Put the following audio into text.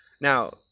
Now